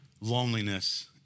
loneliness